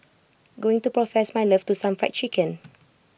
going to profess my love to some Fried Chicken